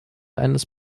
eines